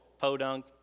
podunk